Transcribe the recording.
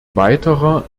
weiterer